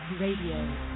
Radio